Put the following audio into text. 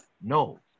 No